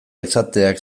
izateak